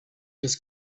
his